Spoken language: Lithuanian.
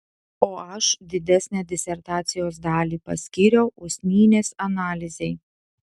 o aš didesnę disertacijos dalį paskyriau usnynės analizei